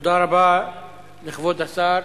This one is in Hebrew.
תודה רבה לכבוד השר.